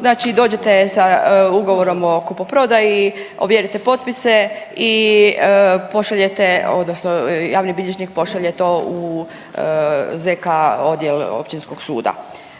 znači dođete sa ugovorom o kupoprodaji, ovjerite potpise i pošaljete odnosno javni bilježnik pošalje to u zk odjel Općinskog suda.